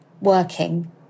working